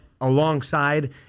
alongside